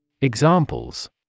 Examples